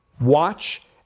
Watch